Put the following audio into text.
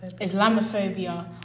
Islamophobia